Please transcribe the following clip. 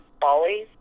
Bali